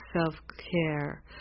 self-care